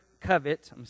covet